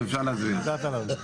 מי בעד?